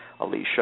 Alicia